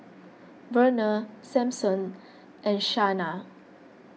Verner Sampson and Shaina